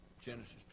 Genesis